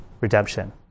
redemption